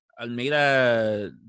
Almeida